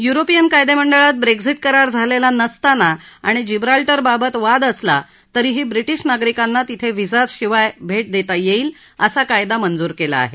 European कायदेमंडळात Brexit करार झालेला नसताना आणि जिब्राल्टर बाबत वाद असला तरीही ब्रिटिश नागरिकांना तिथे व्हिसा शिवाय भेट देता येईल असा कायदा मंजूर केला आहे